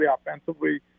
offensively